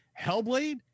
Hellblade